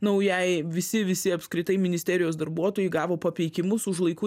naujai visi visi apskritai ministerijos darbuotojai gavo papeikimus už laiku